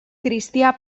cristià